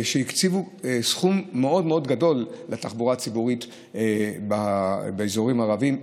הקציבו סכום מאוד מאוד גדול לתחבורה הציבורית באזורים הערביים,